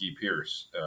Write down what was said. Pierce